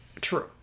True